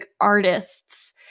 artists